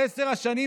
בעשר השנים",